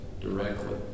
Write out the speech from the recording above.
Directly